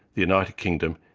united kingdom,